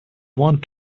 want